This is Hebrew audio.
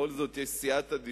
בכל זאת יש סייעתא דשמיא,